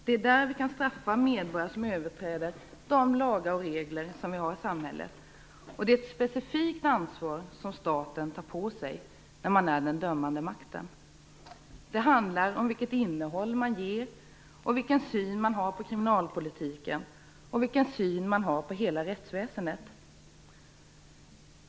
Där kan vi straffa medborgare som överträder de lagar och regler som vi har i samhället. Det är ett specifikt ansvar staten tar på sig som dömande makt. Det handlar om vilket innehåll man ger kriminalpolitiken, vilken syn man har på densamma och vilken syn man har på hela rättsväsendet.